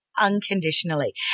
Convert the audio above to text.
Unconditionally